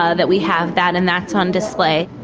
ah that we have that and that's on display.